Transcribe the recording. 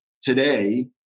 today